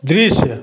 दृश्य